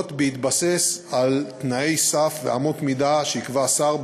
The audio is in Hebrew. בהתבסס על תנאי סף ואמות מידה שיקבע השר,